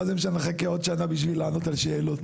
מה זה משנה אם נחכה עוד שנה בשביל לענות על שאלות.